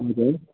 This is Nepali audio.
हजुर